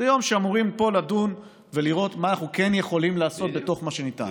זה יום שאמורים בו לדון ולראות מה אנחנו כן יכולים לעשות בתוך מה שניתן.